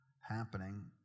happening